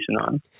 on